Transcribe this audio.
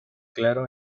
claro